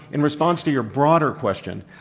in response to your broader question,